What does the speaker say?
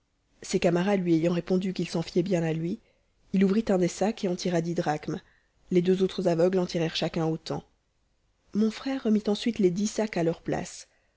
ses camarades lui ayant répondu qu'ils s'en fiaient bien à lui il ouvrit un des sacs et en tira dix drachmes les deux autres aveugles en tirèrent chacun autant mon frère remit ensuite les dix sacs a leur place